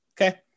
okay